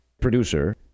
Producer